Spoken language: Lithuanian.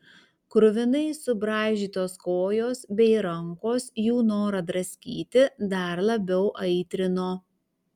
kruvinai subraižytos kojos bei rankos jų norą draskyti dar labiau aitrino